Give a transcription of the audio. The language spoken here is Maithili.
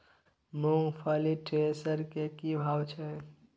मूंगफली थ्रेसर के की भाव छै?